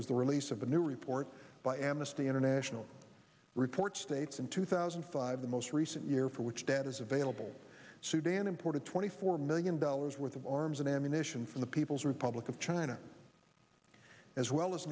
was the release of a new report by amnesty international report states in two thousand and five the most recent year for which data is available sudan imported twenty four million dollars worth of arms and ammunition from the people's republic of china as well as